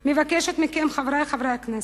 אני מבקשת מכם, חברי חברי הכנסת,